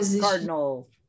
cardinal